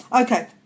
Okay